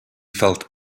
felt